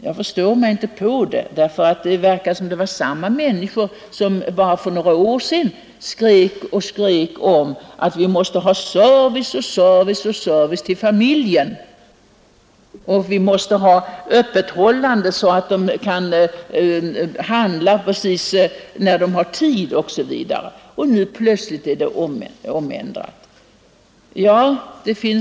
Jag förstår inte det, ty det verkar som om samma människor som för några veckor sedan skrek högt om att vi måste ge service till familjen och ge butikerna möjlighet att hålla öppet, så att människor kan handla när de har tid osv., nu plötsligt har ändrat uppfattning.